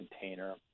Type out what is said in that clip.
container